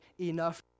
enough